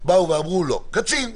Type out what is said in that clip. באו ואמרו: לא, קצין.